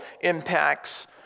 impacts